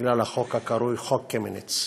בגלל החוק הקרוי "חוק קמיניץ".